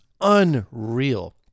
Unreal